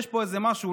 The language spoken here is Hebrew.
יש פה איזה משהו,